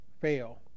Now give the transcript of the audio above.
fail